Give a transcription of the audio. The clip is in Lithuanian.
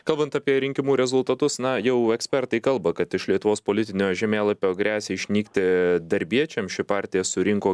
kalbant apie rinkimų rezultatus na jau ekspertai kalba kad iš lietuvos politinio žemėlapio gresia išnykti darbiečiam ši partija surinko